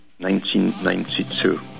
1992